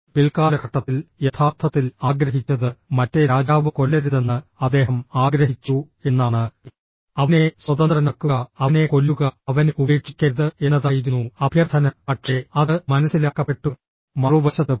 പിൽക്കാലഘട്ടത്തിൽ യഥാർത്ഥത്തിൽ ആഗ്രഹിച്ചത് മറ്റേ രാജാവ് കൊല്ലരുതെന്ന് അദ്ദേഹം ആഗ്രഹിച്ചു എന്നാണ് അവനെ സ്വതന്ത്രനാക്കുക അവനെ കൊല്ലുക അവനെ ഉപേക്ഷിക്കരുത് എന്നതായിരുന്നു അഭ്യർത്ഥന പക്ഷേ അത് മനസ്സിലാക്കപ്പെട്ടു മറുവശത്ത് പോലെ